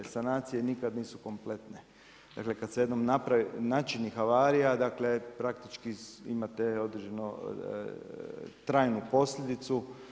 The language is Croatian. Sanacije nikada nisu kompletne, dakle kada se jednom načini havarija praktički imate određenu trajnu posljedicu.